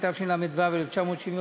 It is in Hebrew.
התשל"ו 1975,